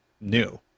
new